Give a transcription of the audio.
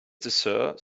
dessert